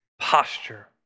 posture